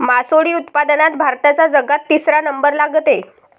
मासोळी उत्पादनात भारताचा जगात तिसरा नंबर लागते